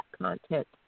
content